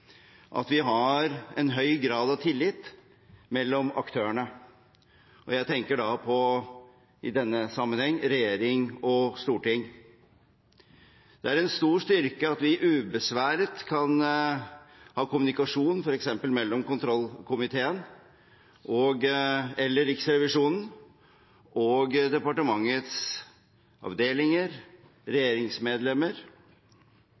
at vi har en høy grad av tillit mellom aktørene. Jeg tenker i denne sammenheng på regjering og storting. Det er en stor styrke at vi ubesværet kan ha kommunikasjon mellom f.eks. kontrollkomiteen, Riksrevisjonen og departementets avdelinger